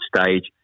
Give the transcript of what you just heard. stage